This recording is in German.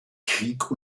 krieg